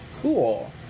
cool